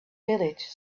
village